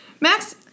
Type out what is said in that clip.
Max